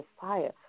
fire